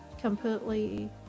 completely